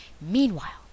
Meanwhile